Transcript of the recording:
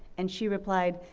and she replied,